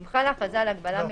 ואם חלה הכרזה על הגבלה מלאה,